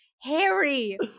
Harry